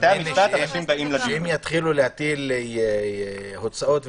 אם יתחילו להטיל הוצאות,